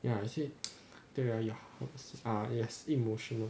ya you see tell you ah yes emotional